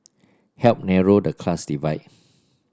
help narrow the class divide